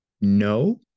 no